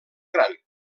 gran